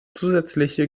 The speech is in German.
zusätzliche